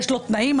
יש תנאים,